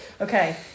Okay